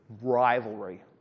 rivalry